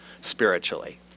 spiritually